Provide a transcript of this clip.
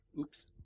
Oops